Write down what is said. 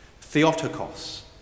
Theotokos